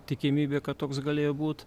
tikimybė kad toks galėjo būt